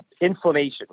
inflammation